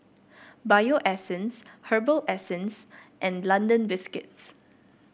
Bio Essence Herbal Essences and London Biscuits